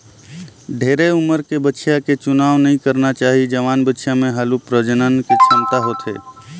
ढेरे उमर के बछिया के चुनाव नइ करना चाही, जवान बछिया में हालु प्रजनन के छमता होथे